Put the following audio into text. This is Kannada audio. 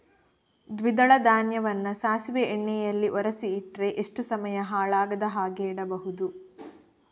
ದ್ವಿದಳ ಧಾನ್ಯವನ್ನ ಸಾಸಿವೆ ಎಣ್ಣೆಯಲ್ಲಿ ಒರಸಿ ಇಟ್ರೆ ಎಷ್ಟು ಸಮಯ ಹಾಳಾಗದ ಹಾಗೆ ಇಡಬಹುದು?